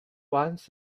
wants